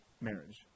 marriage